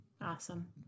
awesome